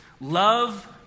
Love